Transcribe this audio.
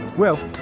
well,